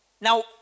Now